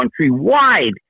countrywide